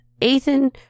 Ethan